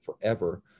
forever